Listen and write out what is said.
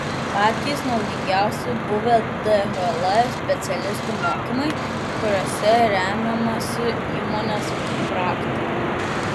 patys naudingiausi buvę dhl specialistų mokymai kuriuose remiamasi įmonės praktika